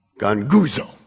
Ganguzo